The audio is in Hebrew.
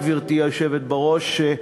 גברתי היושבת בראש,